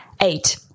Eight